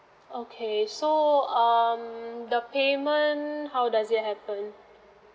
okay so um the payment how does it happen